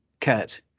Kurt